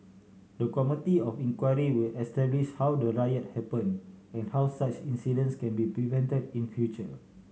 the committee of inquiry will establish how the riot happened and how such incidents can be prevented in future